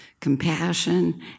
compassion